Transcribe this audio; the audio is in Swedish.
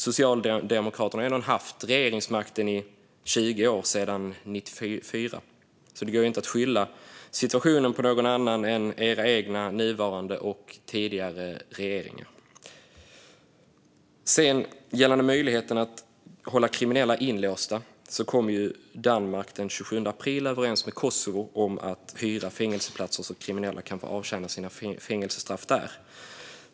Socialdemokraterna har innehaft regeringsmakten i 20 år sedan 1994, så det går inte att skylla situationen på någon annan än era egna regeringar. Gällande möjligheten att hålla kriminella inlåsta kom Danmark den 27 april överens med Kosovo om att hyra fängelseplatser så att kriminella kan avtjäna sina fängelsestraff där.